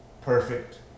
perfect